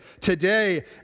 today